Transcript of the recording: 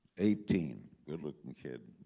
eighteen. good looking kid.